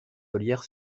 ollières